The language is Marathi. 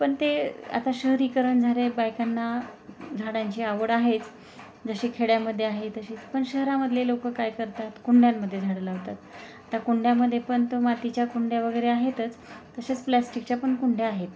पण ते आता शहरीकरण झालं आहे बायकांना झाडांची आवड आहेच जशी खेड्यामध्ये आहे तशीच पण शहरामधले लोकं काय करतात कुंड्यांमध्ये झाडं लावतात आता कुंड्यामध्ये पण तो मातीच्या कुंड्या वगैरे आहेतच तसेच प्लॅस्टिकच्या पण कुंड्या आहेत